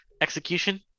Execution